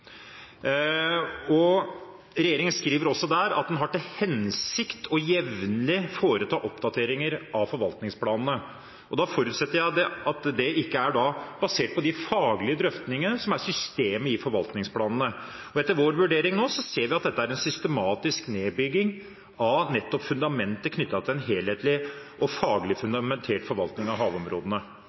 Regjeringen skriver også der at den har til hensikt jevnlig å foreta oppdateringer av forvaltningsplanene. Da forutsetter jeg at det ikke er basert på de faglige drøftingene som er systemet i forvaltningsplanene. Etter vår vurdering ser vi nå at dette er en systematisk nedbygging av nettopp fundamentet knyttet til en helhetlig og faglig fundamentert forvaltning av havområdene.